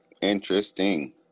interesting